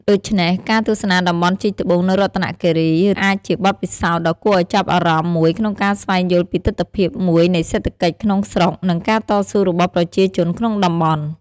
ដូច្នេះ ការទស្សនាតំបន់ជីកត្បូងនៅរតនគិរីអាចជាបទពិសោធន៍ដ៏គួរឱ្យចាប់អារម្មណ៍មួយក្នុងការស្វែងយល់ពីទិដ្ឋភាពមួយនៃសេដ្ឋកិច្ចក្នុងស្រុក និងការតស៊ូរបស់ប្រជាជនក្នុងតំបន់។